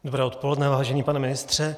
Dobré odpoledne, vážený pane ministře.